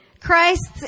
Christ's